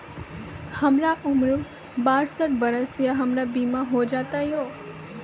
हमर उम्र बासठ वर्ष या हमर बीमा हो जाता यो?